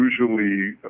usually